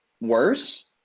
worse